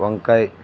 వంకాయ